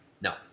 No